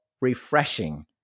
refreshing